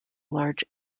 large